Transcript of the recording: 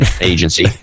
Agency